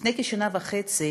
לפני כשנה וחצי